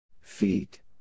Feet